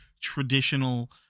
traditional